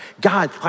God